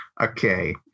Okay